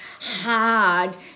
hard